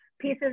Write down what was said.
pieces